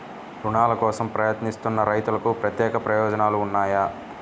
రుణాల కోసం ప్రయత్నిస్తున్న రైతులకు ప్రత్యేక ప్రయోజనాలు ఉన్నాయా?